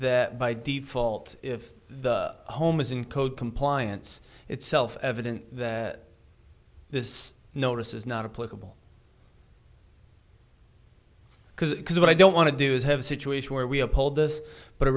that by default if the home is in code compliance it's self evident that this notice is not a political because because i don't want to do is have a situation where we uphold this but a